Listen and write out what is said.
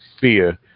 fear